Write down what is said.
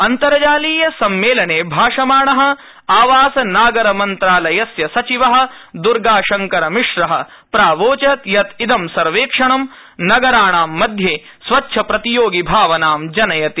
अन्तर्जालीय सम्मेलने भाषमाण आवास नागर मन्त्रालयस्य सचिव द्र्गाशंकरमिश्र प्रावोचद् यत इदं सर्वेक्षणं नगराणां मध्ये स्वच्छ प्रतियोगि भावनां जनयति